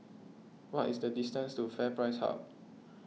what is the distance to FairPrice Hub